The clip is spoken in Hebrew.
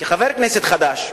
כחבר כנסת חדש,